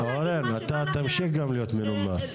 אורן, אתה גם תמשיך להיות מנומס.